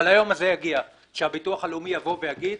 כי יגיע היום שבו הביטוח הלאומי יבוא ויגיד